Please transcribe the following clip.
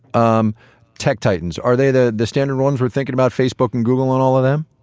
um tech titans are they the the standard ones we're thinking about, facebook and google and all of them?